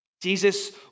Jesus